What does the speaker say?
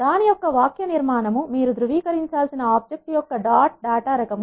దాని యొక్క వాక్యనిర్మాణంమీరు ధ్రువీకరించాల్సిన ఆబ్జెక్ట్ యొక్క డాట్ డేటా రకం